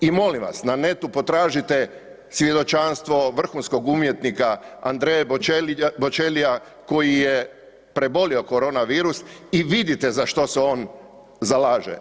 I molim vas na Netu potražite svjedočanstvo vrhunskog umjetnika Andrea Bocellia koji je prebolio korona virus i vidite za što se on zalaže.